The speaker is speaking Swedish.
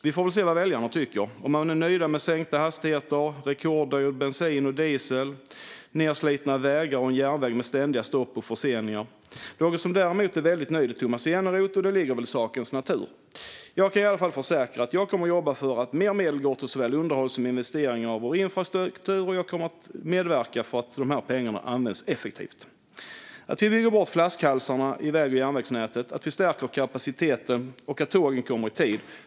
Vi får väl se vad väljarna tycker - om de är nöjda med sänkta hastigheter, rekorddyr bensin och diesel, nedslitna vägar och en järnväg med ständiga stopp och förseningar. Någon som vi däremot vet är väldigt nöjd är Tomas Eneroth, och det ligger väl i sakens natur. Jag kan i alla fall försäkra att jag kommer att jobba för att mer medel går till såväl underhåll av som investeringar i vår infrastruktur, och jag kommer att verka för att dessa pengar används effektivt så att vi bygger bort flaskhalsarna i väg och järnvägsnätet, stärker kapaciteten och ser till att tågen kommer i tid.